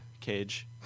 cage